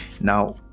Now